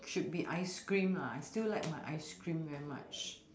should be ice cream ah I still like my ice cream very much